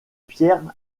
pierres